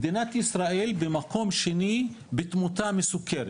מדינת ישראל במקום שני בתמותה מסוכרת,